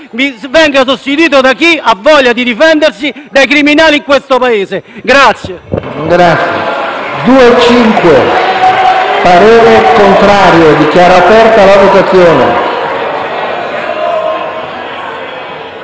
venga sostituito da chi ha voglia di difendersi dai criminali in questo Paese.